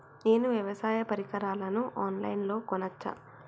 నేను వ్యవసాయ పరికరాలను ఆన్ లైన్ లో కొనచ్చా?